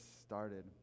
started